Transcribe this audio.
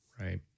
right